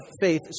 faith